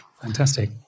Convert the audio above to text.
Fantastic